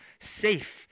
safe